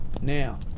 Now